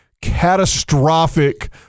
catastrophic